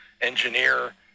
engineer